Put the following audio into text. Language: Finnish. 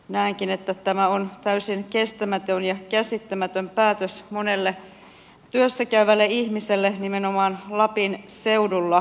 näenkin että tämä on täysin kestämätön ja käsittämätön päätös monelle työssä käyvälle ihmiselle nimenomaan lapin seudulla